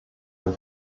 den